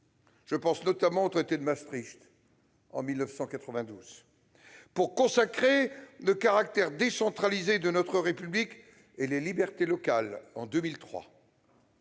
je pense notamment au traité de Maastricht, en 1992 -, pour consacrer le caractère décentralisé de notre République et les libertés locales, en 2003,